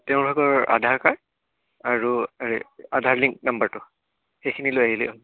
তেওঁ ভাগৰ আধাৰ কাৰ্ড আৰু আধাৰ লিংক নাম্বাৰটো সেইখিনি লৈ আহিলেই হ'ল